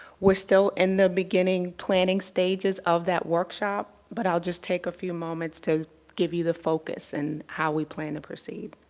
we're still in the beginning planning stages of that workshop but i'll just take a few moments to give you the focus and how we plan to proceed.